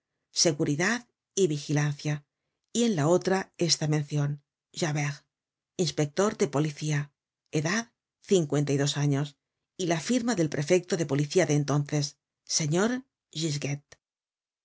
seguridad y vigilancia y en la otra esta mencion javert inspector de policía edad cincuenta y dos años y la firma del prefecto de policía de entonces señor gisguet